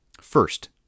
First